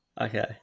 Okay